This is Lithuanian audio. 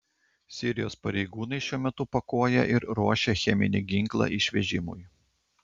sirijos pareigūnai šiuo metu pakuoja ir ruošia cheminį ginklą išvežimui